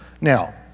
now